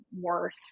worth